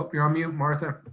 you're on mute, martha.